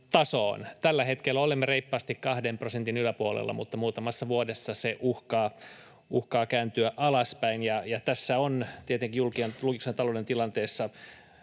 Tällä hetkellä olemme reippaasti kahden prosentin yläpuolella, mutta muutamassa vuodessa se uhkaa kääntyä alaspäin. Ja tässä julkisen talouden tilanteessa